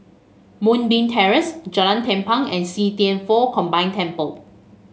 Moonbeam Terrace Jalan Tampang and See Thian Foh Combined Temple